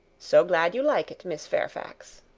so glad you like it, miss fairfax.